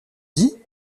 dit